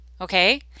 okay